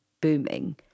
booming